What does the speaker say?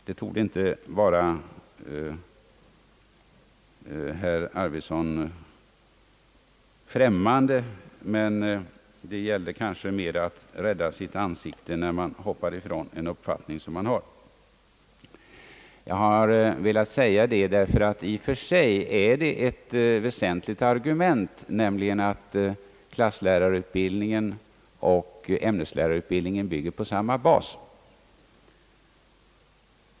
Det torde inte vara herr Arvidson främmande. Men här gällde det kanske mera att rädda sitt ansikte när man hoppar ifrån den uppfattning som man har. Jag har velat säga detta, ty i och för sig är det ett väsentligt argument att klasslärarutbildningen och ämneslärarutbildningen bygger på samma bas.